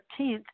13th